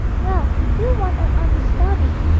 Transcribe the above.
well, we do want a understudy,